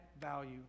value